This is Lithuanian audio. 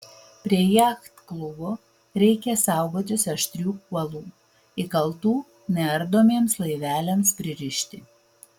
prie jachtklubo reikia saugotis aštrių kuolų įkaltų neardomiems laiveliams pririšti